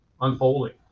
unfolding